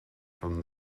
from